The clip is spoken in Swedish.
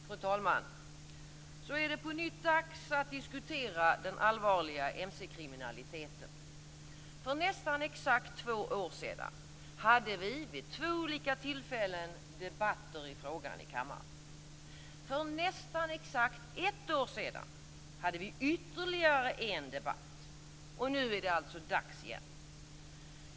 Fru talman! Så är det på nytt dags att diskutera den allvarliga mc-kriminaliteten. För nästan exakt två år sedan hade vi vid två tillfällen debatter i frågan i kammaren. För nästan exakt ett år sedan hade vi ytterligare en debatt, och nu är det alltså dags igen.